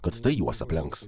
kad tai juos aplenks